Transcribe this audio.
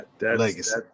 Legacy